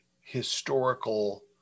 historical